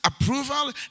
approval